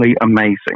amazing